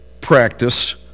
practice